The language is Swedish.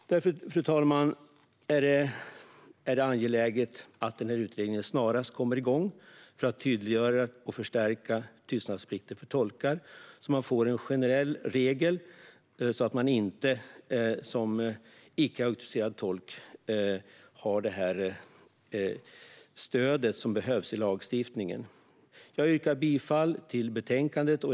Därför, fru talman, är det angeläget att utredningen snarast kommer igång för att tydliggöra och förstärka tystnadsplikten för tolkar, så att det blir en generell regel och så att man som icke auktoriserad tolk har det stöd som behövs i lagstiftningen. Jag yrkar bifall till utskottets förslag i betänkandet.